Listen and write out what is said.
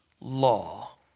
law